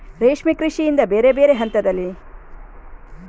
ರೇಷ್ಮೆ ಕೃಷಿಯಿಂದ ಬೇರೆ ಬೇರೆ ಹಂತದಲ್ಲಿ ಅನೇಕ ಜನರಿಗೆ ಕೆಲಸ ಸಿಗ್ತದೆ